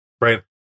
right